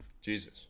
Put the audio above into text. Jesus